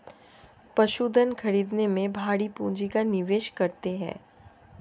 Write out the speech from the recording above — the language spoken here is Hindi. पशुधन खरीदने में भारी पूँजी का निवेश करते हैं